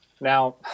now